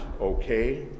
okay